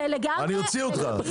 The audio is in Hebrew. --- אני אוציא אותך.